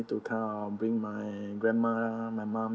to kind of bring my grandma my mom